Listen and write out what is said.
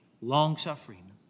long-suffering